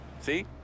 See